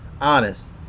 Honest